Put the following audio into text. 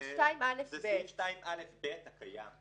סעיף 2א(ב) הקיים.